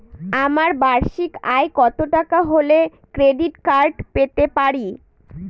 আমার বার্ষিক আয় কত টাকা হলে ক্রেডিট কার্ড পেতে পারি?